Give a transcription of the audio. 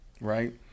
Right